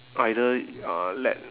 either uh let